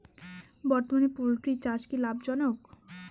বর্তমানে পোলট্রি চাষ কি লাভজনক?